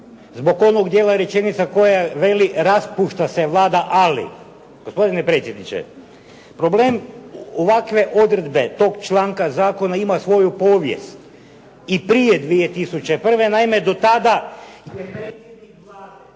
zbog onog dijela rečenice koja veli raspušta se Vlada, ali. Gospodine predsjedniče, problem ovakve odredbe tog članka zakona ima svoju povijest i prije 2001. Naime, do tada … /Govornik